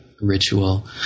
ritual